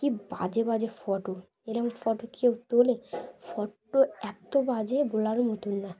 কি বাজে বাজে ফটো এরকম ফটো কেউ তোলে ফটো এত বাজে বলার মতন না